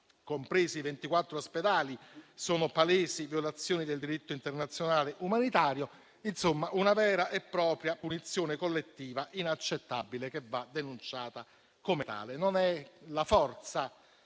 compresi i 24 ospedali, sono palesi violazioni del diritto internazionale umanitario. Insomma, è una vera e propria punizione collettiva inaccettabile che va denunciata come tale. Non è la forza,